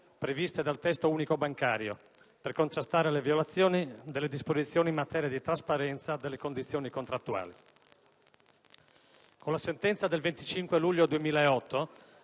previste dal Testo unico bancario per contrastare le violazioni delle disposizioni in materia di trasparenza delle condizioni contrattuali. Con la sentenza del 25 luglio 2008,